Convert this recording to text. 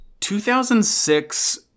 2006